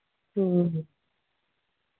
ᱦᱮᱸ